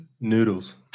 noodles